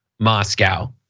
Moscow